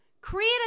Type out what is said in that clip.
Create